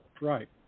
Right